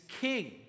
king